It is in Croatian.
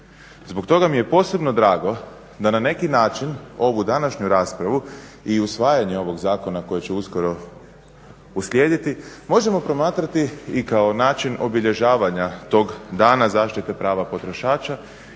Zbog toga mi je posebno drago da na neki način ovu današnju raspravu i usvajanje ovog zakona koji će uskoro uslijediti možemo promatrati i kao način obilježavanja tog Dana zaštite prava potrošača